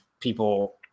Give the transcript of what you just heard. people